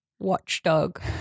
watchdog